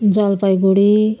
Jalpaiguri